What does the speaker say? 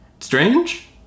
Strange